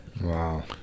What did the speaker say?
Wow